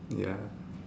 ya